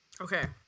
Okay